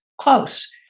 close